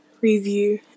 review